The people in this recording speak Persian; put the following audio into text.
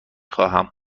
خواهم